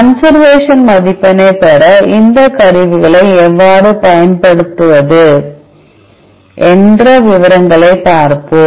conservation மதிப்பெண்ணைப் பெற இந்த கருவிகளை எவ்வாறு பயன்படுத்துவது என்ற விவரங்களைப் பார்ப்போம்